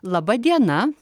laba diena